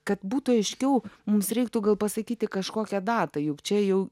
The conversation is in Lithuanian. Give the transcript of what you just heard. kad būtų aiškiau mums reiktų gal pasakyti kažkokią datą juk čia jau